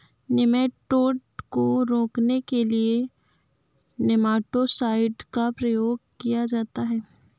nematode को रोकने के लिए नेमाटो साइड का प्रयोग किया जाता है